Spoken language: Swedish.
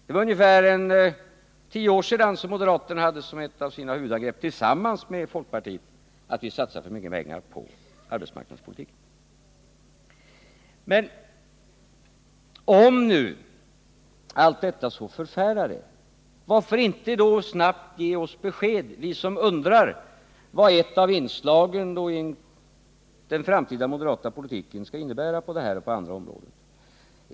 Det var för ungefär tio år sedan som moderaterna tillsammans med folkpartiet hade som ett av sina huvudangrepp att vi satsade för mycket pengar på arbetsmarknadspolitiken. Men om nu allt detta så förfärar er, varför då inte snabbt ge oss besked, vi som undrar vad ett av inslagen i den framtida moderata politiken skall innebära på det här och på andra områden?